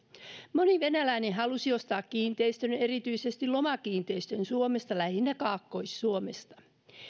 moni venäläinen halusi ostaa kiinteistön erityisesti lomakiinteistön suomesta lähinnä kaakkois suomesta